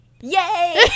Yay